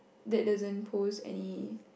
that doesn't pose any